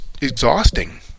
exhausting